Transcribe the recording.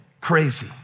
crazy